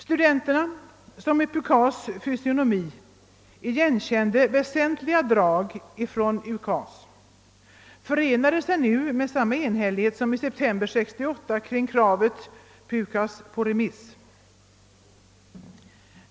Studenterna som i PUKAS:s fysionomi igenkände väsentliga drag från UKAS, förenade sig nu med samma enhällighet som i september 1968 kring kravet »PUKAS på remiss!».